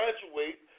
graduate